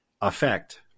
affect